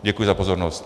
Děkuji za pozornost.